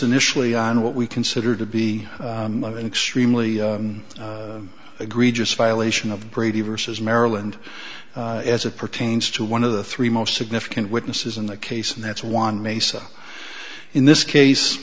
initially on what we consider to be an extremely agree just violation of brady versus maryland as it pertains to one of the three most significant witnesses in the case and that's one mesa in this case